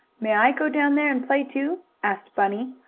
may i go down there and play, too? asked bunny.